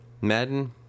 Madden